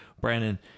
Brandon